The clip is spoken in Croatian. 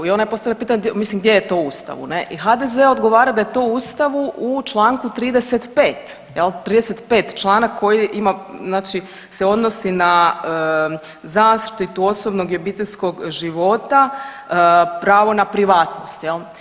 I ona je postavila pitanje mislim gdje je to u Ustavu ne, i HDZ odgovara da je to u Ustavu u Članku 35. jel, 35. članak koji ima znači se odnosi na zaštitu osobnog i obiteljskog života, pravo na privatnost jel.